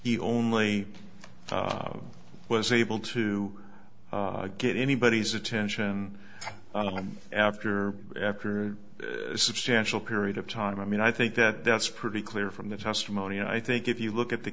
he only was able to get anybody's attention after after a substantial period of time i mean i think that that's pretty clear from the testimony and i think if you look at the